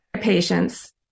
patients